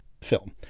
film